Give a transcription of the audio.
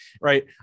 right